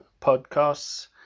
podcasts